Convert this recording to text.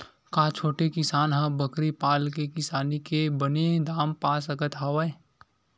का छोटे किसान ह बकरी पाल के किसानी के बने दाम पा सकत हवय?